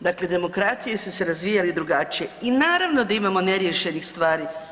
dakle demokracije su se razvijale drugačije i naravno da imamo neriješenih stvari.